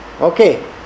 Okay